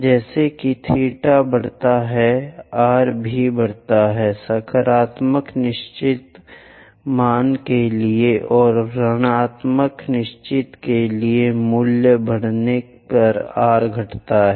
जैसे ही थीटा बढ़ता है आर भी बढ़ता है सकारात्मक निश्चित मान के लिए और ऋणात्मक निश्चित के लिए मूल्य बढ़ने पर आर घटता है